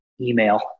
email